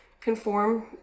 conform